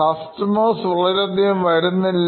customers വളരെയധികം വരുന്നില്ല